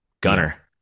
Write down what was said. Gunner